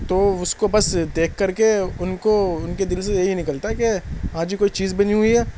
تو اس کو بس دیکھ کر کے ان کو ان کے دل سے یہی نکلتا ہے کہ ہاں جی کوئی چیز بنی ہوئی ہے